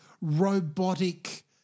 robotic